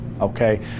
okay